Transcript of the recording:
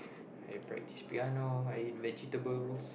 I practice piano I eat vegetables